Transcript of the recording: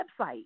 website